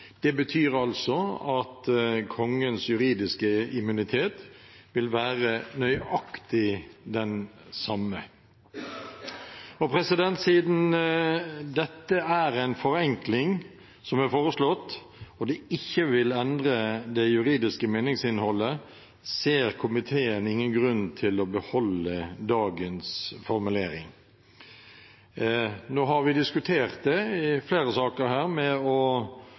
Det betyr altså at kongens juridiske immunitet vil være nøyaktig den samme. Siden det er en forenkling som er foreslått, og det ikke vil endre det juridiske meningsinnholdet, ser komiteen ingen grunn til å beholde dagens formulering. Nå har vi diskutert det i flere saker her om å